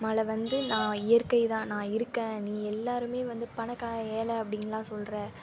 மழை வந்து நான் இயற்கைதான் நான் இருக்கேன் நீ எல்லோருமே வந்து பணக்காரன் ஏழை அப்படின்லாம் சொல்கிற